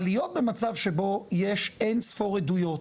אבל להיות במצב שבו יש אין ספור עדויות